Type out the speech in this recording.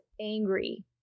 angry